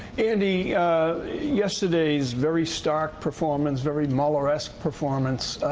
andy yesterday's very stark performance, very muelleresque performance,